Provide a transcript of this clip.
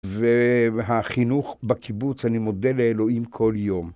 והחינוך בקיבוץ, אני מודה לאלוהים כל יום.